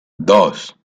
dos